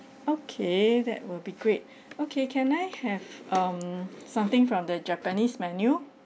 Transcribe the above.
okay that will be great okay can I have um something from the japanese menu